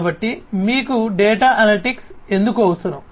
కాబట్టి మీకు data analytics ఎందుకు అవసరం